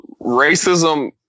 racism